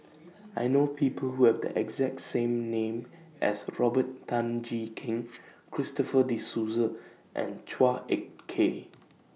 I know People Who Have The exact same name as Robert Tan Jee Keng Christopher De Souza and Chua Ek Kay